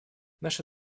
наши